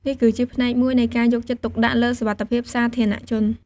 នេះគឺជាផ្នែកមួយនៃការយកចិត្តទុកដាក់លើសុវត្ថិភាពសាធារណៈជន។